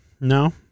No